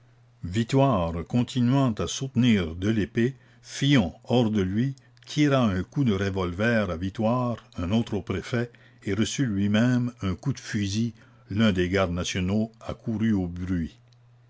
vitoire continuant à soutenir de lespée fillon hors de lui tira un coup de revolver à vitoire un autre au préfet et reçut luimême un coup de fusil d'un des gardes nationaux accourus au bruit